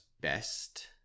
best